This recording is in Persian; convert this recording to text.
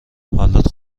حالت